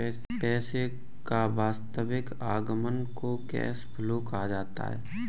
पैसे का वास्तविक आवागमन को कैश फ्लो कहा जाता है